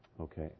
Okay